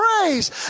praise